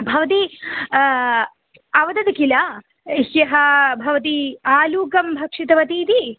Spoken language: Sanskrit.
भवती अवदत् किल ह्यः भवती आलुकं भक्षितवती इति